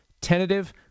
tentative